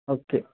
okay